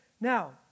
Now